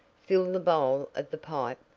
fill the bowl of the pipe,